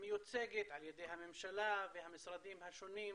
המיוצגת על ידי הממשלה והמשרדים השונים,